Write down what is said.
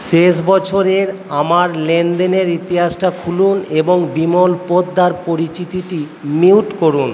শেষ বছরের আমার লেনদেনের ইতিহাসটা খুলুন এবং বিমল পোদ্দার পরিচিতিটি মিউট করুন